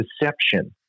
deception